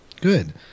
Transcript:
Good